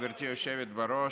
גברתי היושבת-ראש,